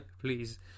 please